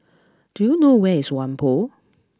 do you know where is Whampoa